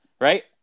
right